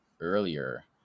earlier